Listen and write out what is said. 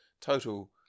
total